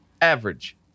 average